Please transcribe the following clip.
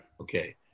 Okay